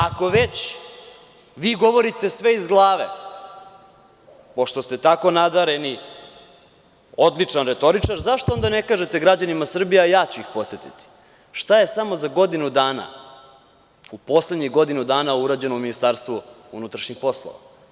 Ako već vi govorite sve iz glave, pošto ste tako nadareni i odličan retoričar, zašto onda ne kažete građanima Srbije, a ja ću ih podsetiti, šta je samo za godinu dana, u poslednjih godinu dana urađeno u MUP.